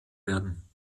werden